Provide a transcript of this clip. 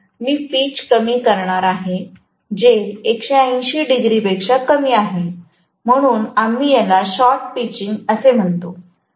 पण मी पीच कमी करणार आहे जे 180 डिग्रीपेक्षा कमी आहे म्हणून आम्ही याला शॉर्ट पिचिंग असे म्हणतो